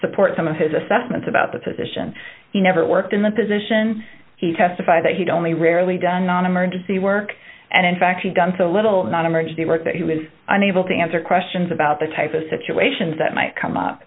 support some of his assessments about the position he never worked in the position he testified that he'd only rarely done non emergency work and in fact had done so little non emergency work that he was unable to answer questions about the type of situations that might come up